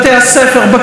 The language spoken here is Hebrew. נגד חלשים,